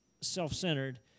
self-centered